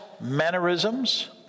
mannerisms